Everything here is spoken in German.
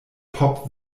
pop